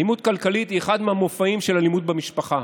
אלימות כלכלית היא אחד מהמופעים של אלימות במשפחה.